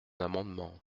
amendement